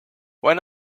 when